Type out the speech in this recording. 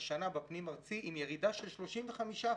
השנה בפנים-ארצי עם ירידה של 35%,